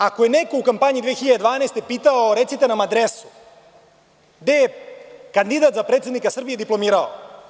Ako je neko u kampanji 2012. godine pitao – recite nam adrese, gde je kandidat za predsednika Srbije diplomirao?